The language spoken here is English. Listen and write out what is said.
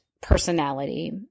personality